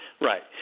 Right